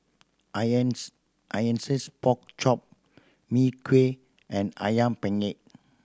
pork chop Mee Kuah and Ayam Penyet